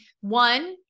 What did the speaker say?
one